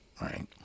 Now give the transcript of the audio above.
right